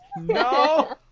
No